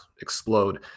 explode